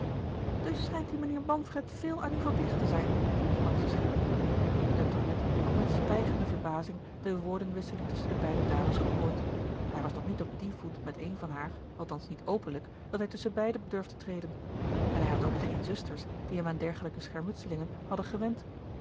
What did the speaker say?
dus schijnt die mijnheer manfred veel aan u verplicht te zijn sprak ze scherp de tonnette had met stijgende verbazing de woordenwisseling tusschen de beide dames gehoord hij was nog niet op dien voet met een van haar althans niet openlijk dat hij tusschenbeiden durfde treden en hij had ook geen zusters die hem aan dergelijke schermutselingen hadden gewend